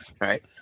right